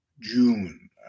June